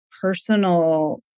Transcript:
personal